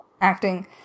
acting